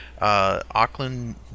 Auckland